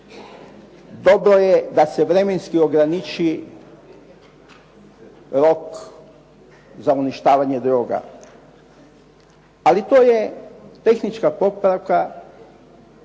Dobro je da se vremenski ograniči rok za ograničavanje droga, ali to je tehnička popravka